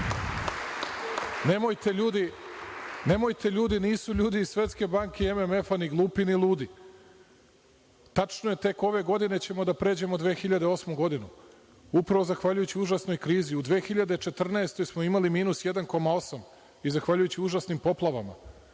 ljudi nisu ljudi iz Svetske banke i MMF ni glupi ni ludi. Tačno je tek ove godine ćemo da pređemo 2008. godinu, upravo zahvaljujući užasnoj krizi. U 2014. godini smo imali minus 1,8 i zahvaljujući užasnim poplavama,